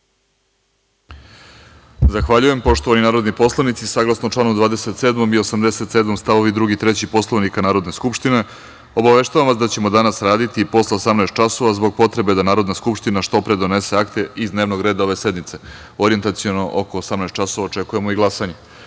Zahvaljujem. Poštovani narodni poslanici, saglasno članu 27. i 87. st. 2. i 3. Poslovnika Narodne skupštine, obaveštavam vas da ćemo danas raditi i posle 18.00 časova zbog potrebe da Narodna skupština što pre donese akte iz dnevnog reda ove sednice. Orijentaciono oko 18.00 časova očekujemo i glasanje. Reč